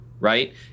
right